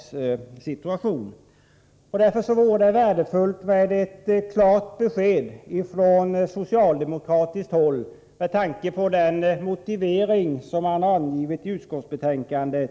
Det vore därför värdefullt med ett klart besked från socialdemokratiskt håll med tanke på den motivering som man angivit i utskottsbetänkandet.